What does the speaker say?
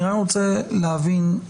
אני רק רוצה להבין,